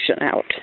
out